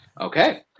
Okay